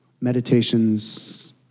meditations